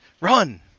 run